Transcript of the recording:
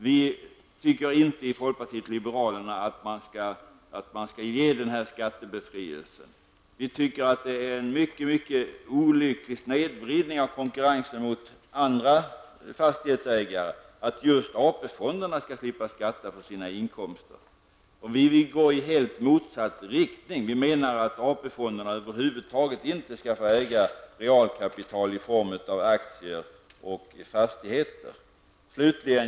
Vi tycker inte i folkpartiet liberalerna att man skall ge skattebefrielse. Vi tycker att det är en mycket olycklig snedvridning av konkurrensen gentemot andra fastighetsägare att just AP-fonderna skall slippa skatta för sina inkomster. Vi vill gå i helt motsatt riktning. Vi menar att AP-fonderna över huvud taget inte skall få äga realkapital i form av aktier och fastigheter.